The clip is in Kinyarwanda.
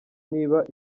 niba